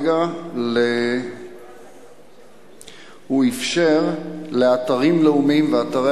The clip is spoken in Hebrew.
רגע הוא אפשר לאתרים לאומיים ואתרי